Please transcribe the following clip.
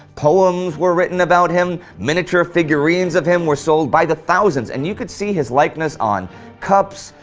poems were written about him, miniature figurines of him were sold by the thousands, and you could see his likeness on cups,